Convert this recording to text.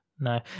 No